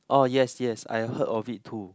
oh yes yes I heard of it too